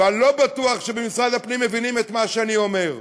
ואני לא בטוח שבמשרד הפנים מבינים את מה שאני אומר.